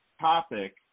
topic